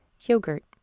Yogurt